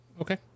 okay